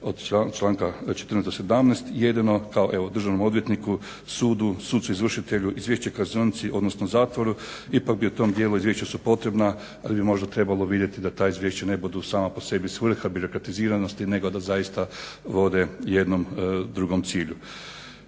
od članka 14.do 17.jedino kao državnom odvjetniku, sudu, sucu izvršitelju, izvješće kaznionici odnosno zatvoru. Ipak bi o tom dijelu izvješća su potrebna da bi možda trebalo vidjeti da ta izvješća ne budu sama po sebi svrha birokratiziranosti nego da zaista vode jednom drugom cilju.